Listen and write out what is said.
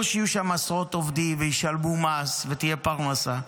או שיהיו שם עשרות עובדים וישלמו מס ותהיה פרנסה.